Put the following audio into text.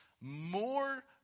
more